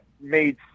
made